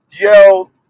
yell